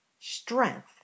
strength